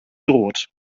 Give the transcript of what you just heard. droht